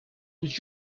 would